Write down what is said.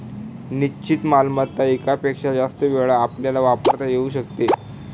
निश्चित मालमत्ता एकापेक्षा जास्त वेळा आपल्याला वापरता येऊ शकते